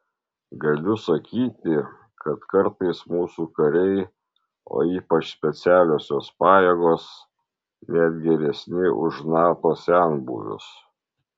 galiu sakyti kad kartais mūsų kariai o ypač specialiosios pajėgos net geresni už nato senbuvius